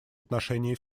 отношении